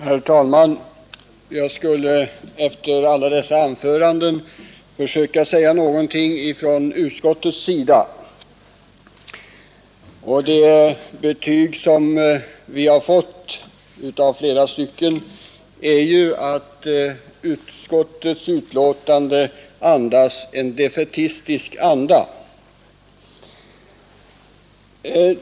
Fru talman! Jag skall, efter alla dessa anföranden, försöka säga någonting från utskottsmajoritetens sida. Det betyg som vi har fått av flera talare är att utskottets betänkande verkar skrivet i defaitistisk anda.